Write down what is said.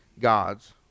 God's